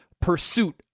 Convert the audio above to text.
pursuit